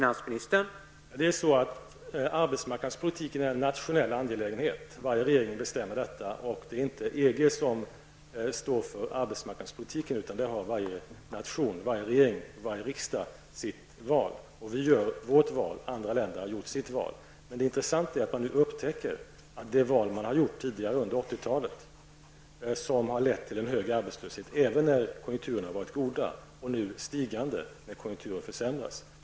Herr talman! Arbetsmarknadspolitiken är en nationell angelägenhet. Varje regering bestämmer den. EG står inte för arbetsmarknadspolitiken, utan varje nation, varje regering och varje riksdag, gör sitt val. Vi gör vårt val, och andra länder gör sina val. Men det intressanta är att man inom EG nu upptäcker att det val som man har gjort tidigare under 80-talet har lett till en hög arbetslöshet även när konjunkturerna har varit goda, en arbetslöshet som nu stiger när konjunkturen försämras.